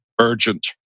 urgent